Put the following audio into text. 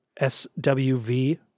SWV